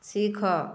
ଶିଖ